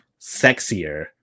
sexier